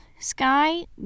Sky